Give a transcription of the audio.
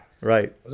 Right